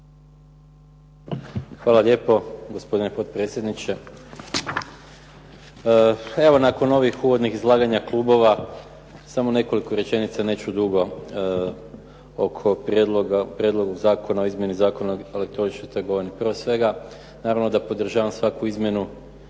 Hvala lijepo gospodine potpredsjedniče. Evo, nakon ovih uvodnih izlaganja klubova, samo nekoliko rečenica, neću dugo oko Prijedloga zakona o izmjeni Zakona o elektroničnoj trgovini. Prije svega, naravno da podržavam svaku izmjenu